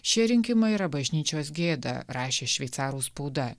šie rinkimai yra bažnyčios gėda rašė šveicarų spauda